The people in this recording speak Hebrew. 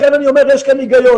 לכן אני אומר שיש כאן היגיון.